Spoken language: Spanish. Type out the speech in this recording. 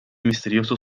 misterioso